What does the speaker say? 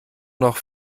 noch